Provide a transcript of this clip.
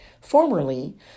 Formerly